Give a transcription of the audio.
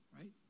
right